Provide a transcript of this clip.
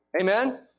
Amen